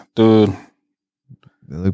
Dude